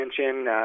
mention